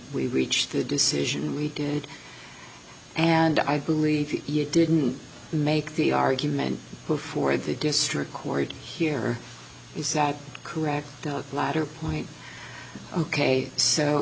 we reached the decision we did and i believe you didn't make the argument before the district court here is that correct the latter point ok so